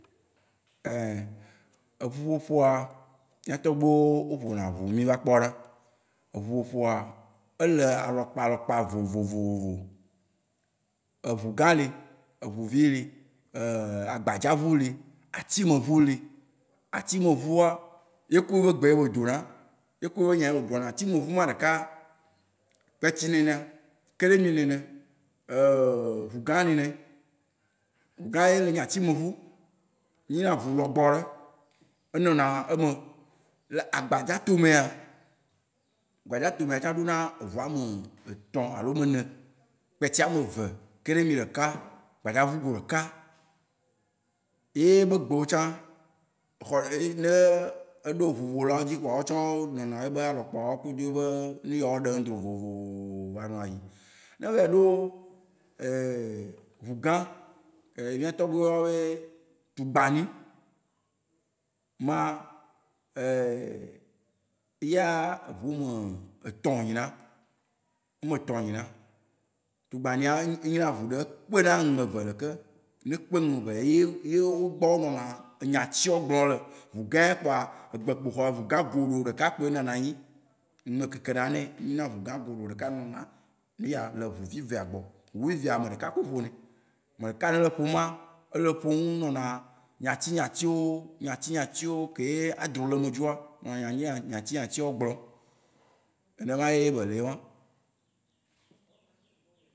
eʋu ƒoƒoa, mía tɔgbuiwó wó fo na ʋu mí va kpɔ na. Eʋu ƒoƒoa ele alɔkpa alɔpka vovovovovo. Eʋu gã li, eʋu vi li, agbadzaʋu li, atsi me ʋu li. Atsi me ʋua, yeku yebe gbe yebe dona. Yeku yebe nya yebe gblɔna. Atsi me ʋu ma ɖeka kpɛtsi li nɛ, keremi linɛ, ʋu gã li nɛ. Ʋu gã ye le nyi atsi me ʋu, nyi na ʋu lɔgbɔ ɖe, enɔ na eme. Le agbadza to mea, agbadza tomea tsã ɖo na eʋu ame etɔ alo ame ene, kpɛtsi ame ve, keremi ɖeka, agbadza ʋu go ɖeka. Ye yebe gbe wó tsã ne eɖo ʋu ƒola wodzi pkoa wóa tsã wó nɔna yebe alɔpkawo kudo yebe nuyawo ɖem do vovovovovo va nɔa yim. Ne evayi ɖo ʋu gã, mía tɔgbuiwó ya be tugbani ma, eya ʋu ame etɔ wò nyi na. Ame etɔ wò nyi na. Tugbania enyi na ʋu ɖe kpe na nu ame eve ɖeke. Ne ekpe nu vea, eye gbɔ wó nɔna enya tsia wó gblɔm le. Ʋu gã ya kpoa, egbe kpoo xɔ-ʋu gã goɖo ɖeka kpoe nɔna anyi. Nume keke na nɛ, enyi na ʋu gã goɖo ɖeka nɔna nuya le ʋuvi vea gbɔ. Ʋu vi vea, ame ɖeka koe ƒo nae. Ame ɖeka yi ne le ƒoma, ele eƒom, nɔna nyatsi nyatsi wó, nyatsi nyatsi wó keye adro le eme dzroa, nyatsi nyatsiawo gblɔm. Nenema ye bele yewan.